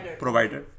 provider